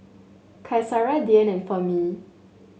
Qaisara Dian and Fahmi